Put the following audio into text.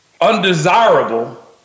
undesirable